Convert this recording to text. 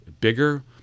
bigger